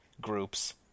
groups